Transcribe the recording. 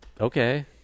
Okay